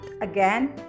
again